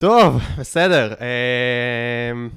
טוב בסדר אהההההההההההההההההההההההההההממ